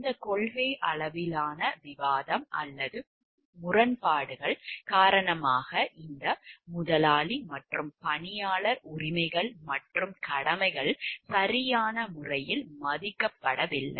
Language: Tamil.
இந்த கொள்கை அளவிலான விவாதம் அல்லது முரண்பாடுகள் காரணமாக இந்த முதலாளி மற்றும் பணியாளர் உரிமைகள் மற்றும் கடமைகள் சரியான முறையில் மதிக்கப்படவில்லை